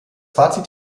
fazit